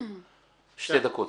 שתי דקות.